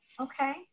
Okay